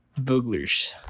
Booglers